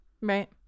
Right